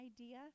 idea